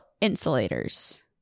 insulators